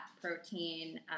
protein